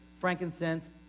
frankincense